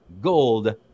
Gold